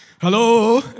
Hello